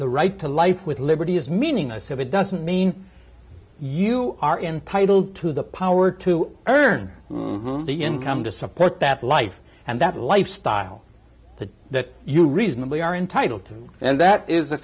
the right to life with liberty is meaningless if it doesn't mean you are entitled to the power to earn the income to support that life and that lifestyle the that you reasonably are entitled to and that is a